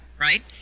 right